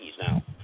now